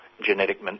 genetic